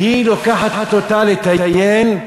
והיא לוקחת אותה לטייל,